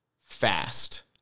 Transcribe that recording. fast